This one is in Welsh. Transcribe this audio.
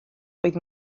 oedd